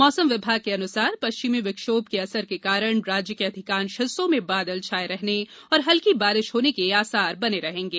मौसम विभाग के अनुसार पश्चिमी विक्षोभ के असर के कारण राज्य के अधिकांश हिस्सों में बादल छाए रहने और हल्की बारिश होने के आसार बने रहेंगे